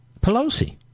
Pelosi